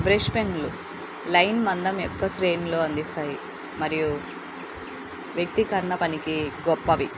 brush పెన్లు line మందం యక్క శ్రేణులు అందిస్తాయి మరియు వ్యక్తీకరణ పనికి గొప్పవి